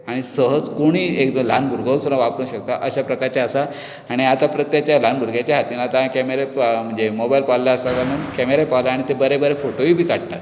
आनी सहज कोणीय एक ल्हान भुरगो सुद्दां वापरूंक शकता अशा प्रकारचे आसा आनी आतां प्रत्येकाच्या ल्हान भुरग्याच्या हातीन आतांय कॅमेराय प म्हणजे मोबायल पाविल्ले आसात आनी कॅमेराय पावल्यात आनी ते बरें बरें फोटोय बी काडटात